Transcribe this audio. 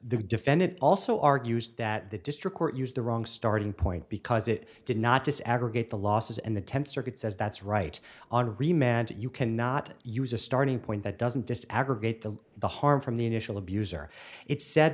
defendant also argues that the district court used the wrong starting point because it did not just aggregate the losses and the tenth circuit says that's right on re mans you cannot use a starting point that doesn't just aggregate to the harm from the initial abuser it's sa